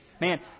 man